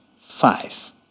five